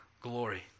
glory